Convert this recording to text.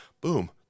boom